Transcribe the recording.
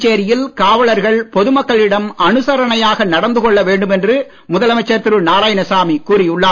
புதுச்சேரியில் காவலர்கள் பொது மக்களிடம் அனுசரணையாக நடந்து கொள்ள வேண்டும் என்று முதலமைச்சர் திரு நாராயணசாமி கூறி உள்ளார்